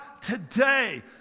today